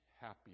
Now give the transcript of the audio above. happy